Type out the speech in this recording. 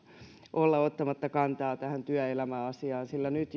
olla ottamatta kantaa tähän työelämäasiaan nyt